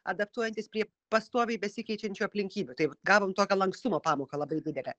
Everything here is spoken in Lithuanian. adaptuojantis prie pastoviai besikeičiančių aplinkybių tai gavom tokią lankstumo pamoką labai didelę